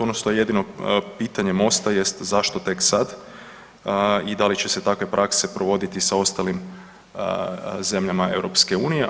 Ono što je jedino pitanje Mosta jest zašto tek sad i da će se takve prakse provoditi sa ostalim zemljama EU-a?